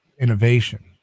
innovation